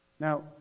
Now